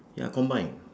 ya combine